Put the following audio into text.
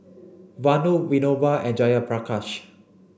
Vanu Vinoba and Jayaprakash